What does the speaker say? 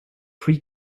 pre